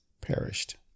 perished